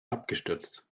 abgestürzt